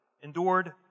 endured